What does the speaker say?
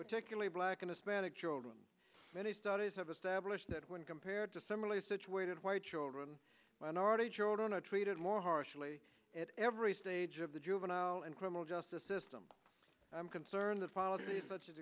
particularly black and hispanic children many studies have established that when compared to similarly situated white children minority children are treated more harshly at every stage of the juvenile and criminal justice system i'm concerned that policies such as